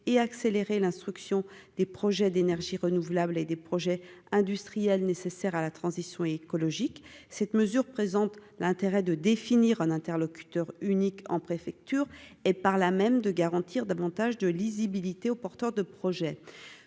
et accélérer l'instruction des projets d'énergies renouvelables et des projets industriels nécessaires à la transition écologique, cette mesure présente l'intérêt de définir un interlocuteur unique en préfecture et par là même de garantir davantage de lisibilité aux porteurs de projet